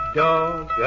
dog